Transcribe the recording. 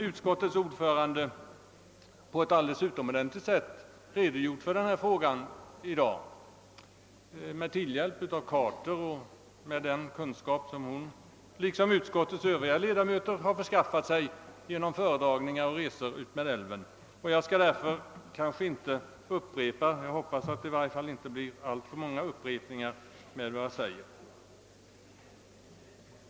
Utskottets ordförande har i dag på ett alldeles utomordentligt sätt redogjort för denna fråga med hjälp av kartor och med den kunskap som hon liksom utskottets övriga ledamöter har skaffat sig genom föredragningar och vid resor utmed älven. Jag hoppas att jag i mitt anförande inte skall upprepa alltför mycket av vad som redan sagts.